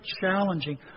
challenging